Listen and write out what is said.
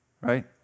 Right